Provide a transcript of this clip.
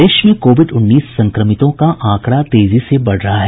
प्रदेश में कोविड उन्नीस संक्रमितों का आंकड़ा तेजी से बढ़ रहा है